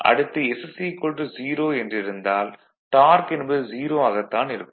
அடுத்து s 0 என்றிருந்தால் torque என்பது 0 ஆகத் தான் இருக்கும்